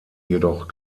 jedoch